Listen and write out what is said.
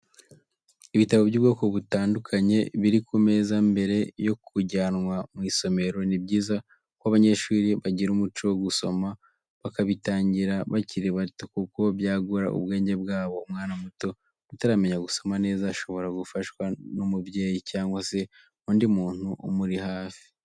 Ibitabo by'ubwoko butandukanye biri ku meza mbere yo kujyanwa mu isomero, ni byiza ko abanyeshuri bagira umuco wo gusoma bakabitangira bakiri bato, kuko byagura ubwenge bwabo, umwana muto utaramenya gusoma neza ashobora gufashwa n'umubyeyi cyangwa se undi muntu umuri hafi.